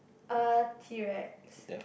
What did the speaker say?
uh T-Rex